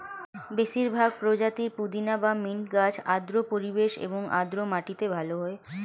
বেশিরভাগ প্রজাতির পুদিনা বা মিন্ট গাছ আর্দ্র পরিবেশ এবং আর্দ্র মাটিতে ভালো হয়